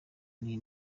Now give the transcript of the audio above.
n’iyi